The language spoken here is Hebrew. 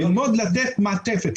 ללמוד לתת מעטפת,